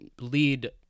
lead